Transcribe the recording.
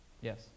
Yes